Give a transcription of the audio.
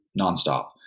nonstop